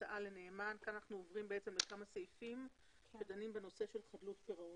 עכשיו אנחנו עוברים לכמה סעיפים שדנים בנושא של חדלות פירעון.